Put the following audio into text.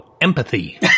empathy